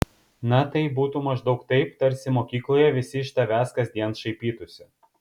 na tai būtų maždaug taip tarsi mokykloje visi iš tavęs kasdien šaipytųsi